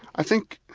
i think